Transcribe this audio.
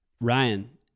Ryan